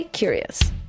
curious